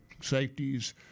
safeties